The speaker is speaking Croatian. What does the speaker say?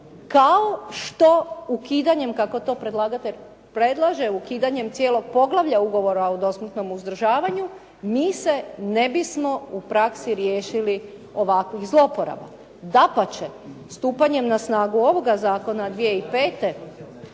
kao što ukidanjem, kako to predlagatelj predlaže ukidanjem cijelog poglavlja ugovora o dosmrtnom uzdržavanju, njih se ne bismo u praksi riješili ovakvih zloporaba. Dapače, stupanjem na snagu ovoga zakona 2005.